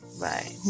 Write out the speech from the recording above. bye